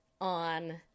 on